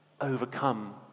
overcome